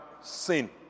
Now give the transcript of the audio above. sin